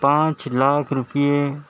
پانچ لاکھ روپیے